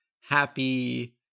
happy